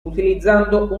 utilizzando